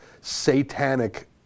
satanic